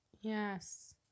yes